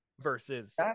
versus